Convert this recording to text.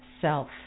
self